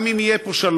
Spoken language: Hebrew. גם אם יהיה פה שלום,